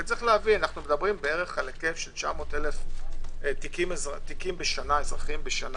כי אנו מדברים על כ-900,000 תיקים אזרחיים בשנה.